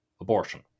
abortion